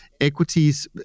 equities